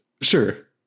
Sure